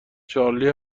چارلی